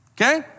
Okay